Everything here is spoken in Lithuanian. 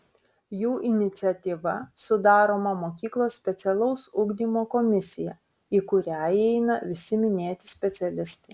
jų iniciatyva sudaroma mokyklos specialaus ugdymo komisija į kurią įeina visi minėti specialistai